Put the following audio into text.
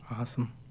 Awesome